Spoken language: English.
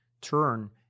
turn